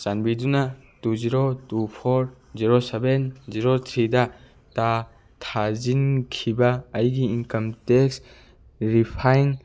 ꯆꯥꯟꯕꯤꯗꯨꯅ two zero two four zero seven zero ꯊ꯭ꯔꯤꯗ ꯇ ꯊꯥꯖꯤꯟꯈꯤꯕ ꯑꯩꯒꯤ ꯏꯟꯀꯝ ꯇꯦꯛꯁ ꯔꯤꯐꯥꯏꯟ